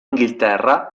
inghilterra